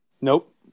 Nope